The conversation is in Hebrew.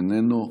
איננו,